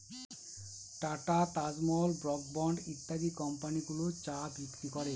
tata, Taj Mahal, Brooke Bond ইত্যাদি company গুলো চা বিক্রি করে